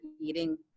eating